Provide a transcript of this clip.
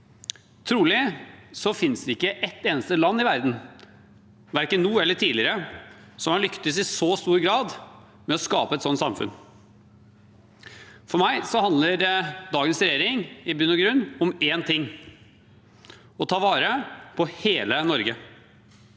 Trolig finnes det ikke et eneste land i verden, verken nå eller tidligere, som i så stor grad har lyktes med å skape et sånt samfunn. For meg handler dagens regjering i bunn og grunn om én ting: å ta vare på hele Norge.